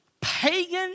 pagan